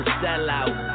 sellout